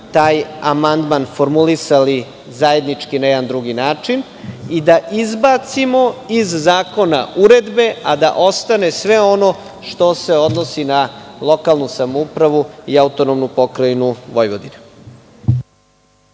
taj amandman formulisali zajednički na jedan drugi način i da izbacimo iz zakona uredbe, a da ostane sve ono što se odnosi na lokalnu samoupravu i AP Vojvodinu.